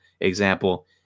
example